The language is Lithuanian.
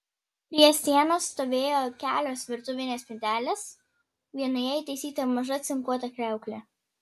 prie sienos stovėjo kelios virtuvinės spintelės vienoje įtaisyta maža cinkuota kriauklė